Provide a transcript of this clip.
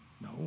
no